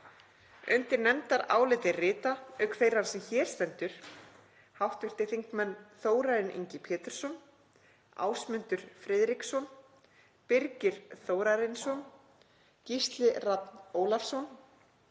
Undir nefndarálitið rita, auk þeirrar sem hér stendur, hv. þingmenn Þórarinn Ingi Pétursson, Ásmundur Friðriksson, Birgir Þórarinsson, Gísli Rafn Ólafsson,